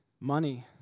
money